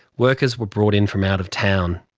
workers were brought in from out of town.